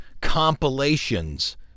compilations